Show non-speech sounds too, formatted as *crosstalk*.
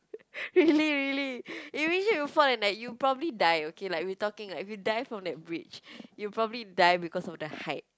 *noise* really really imagine you fall and like you probably die okay like we are talking like you die from that bridge you probably die because of the height